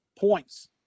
points